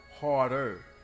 harder